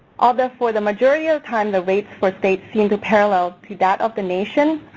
although for the majority of time the rates for states seem to parallel to that of the nation,